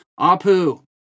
Apu